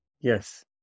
Yes